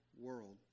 world